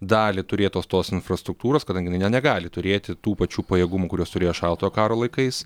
dalį turėtos tos infrastruktūros kadangi jinai na negali turėti tų pačių pajėgumų kuriuos turėjo šaltojo karo laikais